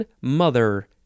mother